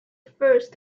first